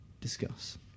Discuss